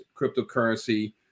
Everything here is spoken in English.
cryptocurrency